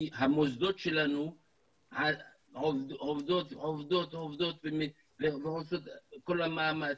כי המוסדות שלנו עובדים ועושים את כל המאמץ,